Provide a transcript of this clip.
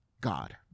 God